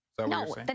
No